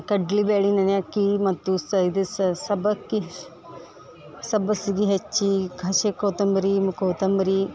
ಕಡ್ಲೆ ಬೇಳಿ ನೆನೆ ಹಾಕಿ ಮತ್ತು ಸ ಇದು ಸಬ್ಬಕ್ಕಿ ಸಬ್ಬಸ್ಗೆ ಹೆಚ್ಚಿ ಹಸಿ ಕೊತ್ತಂಬರಿ ಕೊತ್ತಂಬ್ರಿ